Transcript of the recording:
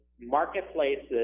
marketplaces